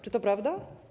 Czy to prawda?